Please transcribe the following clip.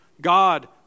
God